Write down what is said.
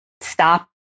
stop